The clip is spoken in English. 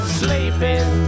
sleeping